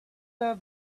have